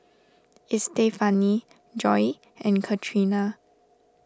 Estefany Joi and Catrina